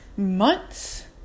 months